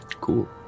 cool